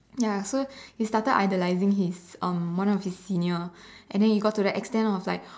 ya so he started idolizing his um one of his senior and then he got to the extent of like